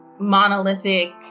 monolithic